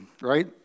Right